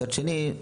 מצד שני,